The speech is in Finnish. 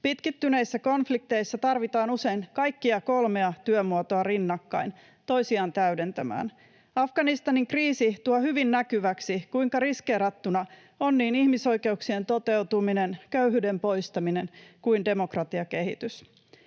Pitkittyneissä konflikteissa tarvitaan usein kaikkia kolmea työmuotoa rinnakkain toisiaan täydentämään. Afganistanin kriisi tuo hyvin näkyväksi, kuinka riskeerattuna on niin ihmisoikeuksien toteutuminen, köyhyyden poistaminen kuin demokratiakehitys.